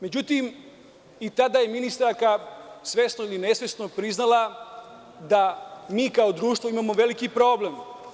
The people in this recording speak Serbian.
Međutim, i tada je ministarka svesno ili nesvesno priznala da mi kao društvo imamo veliki problem.